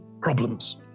problems